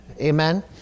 amen